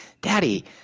daddy